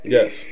Yes